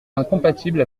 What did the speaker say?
incompatible